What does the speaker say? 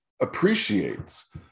appreciates